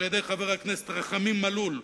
על-ידי חבר הכנסת רחמים מלול,